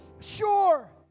sure